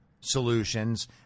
solutions